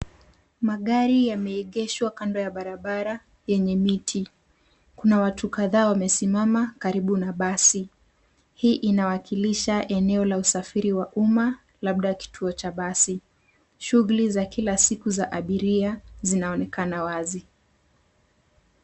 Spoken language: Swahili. Magari yameengeshwa kando ya barabara yenye miti. Kuna watu kadhaa wamesimama karibu na basi. Hii inawakilisha eneo la usafiri wa umma, labda kituo cha basi. Shughuli za kila siku za abiria zinaonekana wazi.